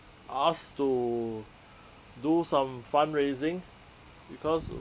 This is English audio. asked to do some fundraising because